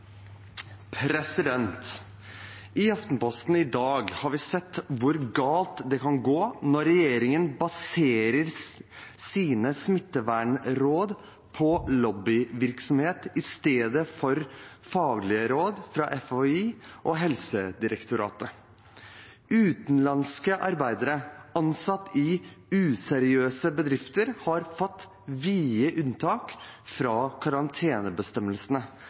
I Aftenposten i dag har vi sett hvor galt det kan gå når regjeringen baserer sine smittevernråd på lobbyvirksomhet i stedet for på faglige råd fra FHI og Helsedirektoratet. Utenlandske arbeidere, ansatt i useriøse bedrifter, har fått vide unntak fra karantenebestemmelsene.